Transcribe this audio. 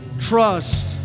trust